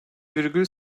virgül